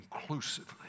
inclusively